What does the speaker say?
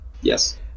Yes